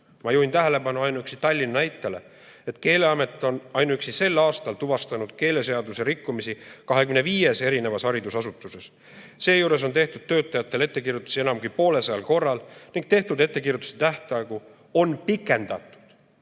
juhin tähelepanu ainuüksi Tallinna näitele. Keeleamet on ainuüksi sel aastal tuvastanud keeleseaduse rikkumisi 25 erinevas haridusasutuses. Seejuures on tehtud töötajatele ettekirjutusi enam kui poolesajal korral ning tehtud ettekirjutuste tähtaegu on pikendatud